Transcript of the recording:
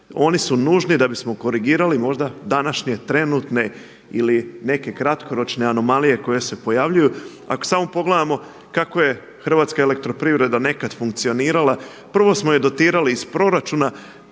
oni su nužni da bismo korigirali možda današnje trenutne ili neke kratkoročne anomalije koje se pojavljuju. Ako samo pogledamo kako je Hrvatska elektroprivreda nekada funkcionirala, prvo smo je dotirali iz proračuna